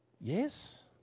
Yes